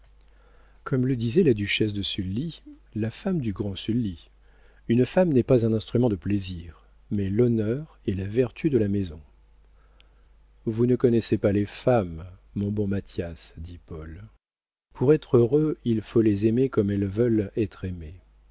comme le disait la duchesse de sully la femme du grand sully une femme n'est pas un instrument de plaisir mais l'honneur et la vertu de la maison vous ne connaissez pas les femmes mon bon mathias dit paul pour être heureux il faut les aimer comme elles veulent être aimées